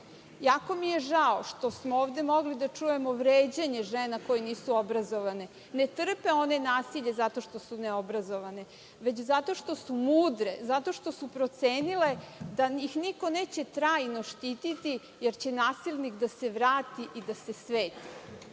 Jako mi je žao što smo ovde mogli da čujemo vređanje žena koje nisu obrazovane. Ne trpe one nasilje zato što su neobrazovane već zato što su mudre, zato što su procenile da ih niko neće trajno štititi jer će nasilnik da se vrati i da se sveti. Dakle,